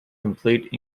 complete